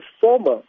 former